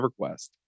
EverQuest